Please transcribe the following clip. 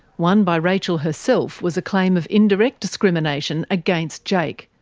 one by rachel herself was a claim of indirect discrimination against jake.